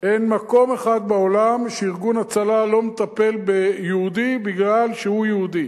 אין מקום אחד בעולם שארגון הצלה לא מטפל ביהודי מפני שהוא יהודי.